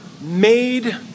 made